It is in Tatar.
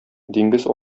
диңгез